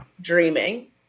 dreaming